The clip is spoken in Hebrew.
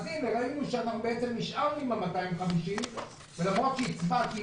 הנה, ראינו שנשארנו עם ה-250 ולמרות שהצבעתי נגד,